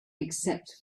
except